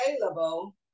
available